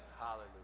Hallelujah